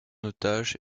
otage